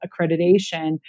accreditation